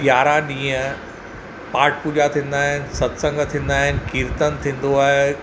यारहं ॾींहं पाठ पूॼा थींदा आहिनि सत्संग थींदा आहिनि कीर्तन थींदो आहे